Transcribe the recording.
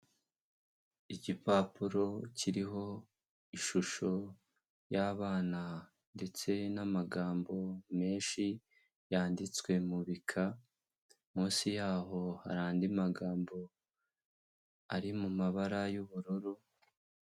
Igipapuro kiriho ishusho y'abana ndetse n'amagambo menshi yanditswe mu bika, munsi yaho hari andi magambo ari mu mabara y'ubururu.